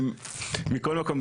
מכל מקום,